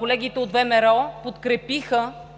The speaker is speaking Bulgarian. колегите от ВМРО подкрепиха